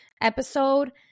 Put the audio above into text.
episode